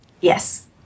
Yes